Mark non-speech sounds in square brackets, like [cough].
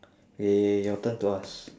[noise] eh your turn to ask